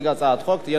בבקשה, אדוני.